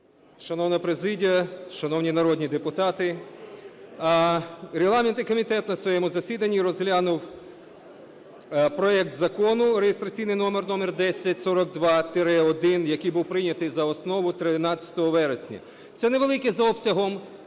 Шановна президія! Шановні народні депутати! Регламентний комітет на своєму засіданні розглянув проект Закону (реєстраційний номер 1042-1), який був прийнятий за основу 13 вересня. Це невеликий за обсягом